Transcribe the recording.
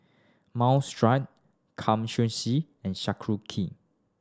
Minestrone Kamameshi and Sauerkraut